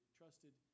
trusted